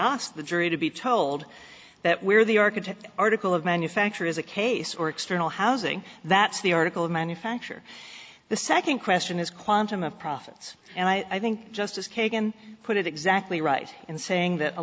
asked the jury to be told that we're the architect article of manufacture is a case or external housing that's the article of manufacture the second question is quantum of profits and i think justice kagan put it exactly right in saying that a